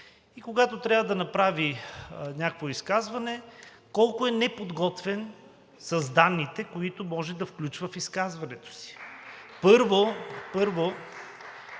и когато трябва да направи някое изказване, колко е неподготвен с данните, които може да включва в изказването си.